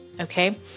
okay